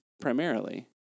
primarily